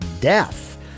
death